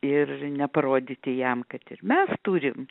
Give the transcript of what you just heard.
ir neparodyti jam kad ir mes turim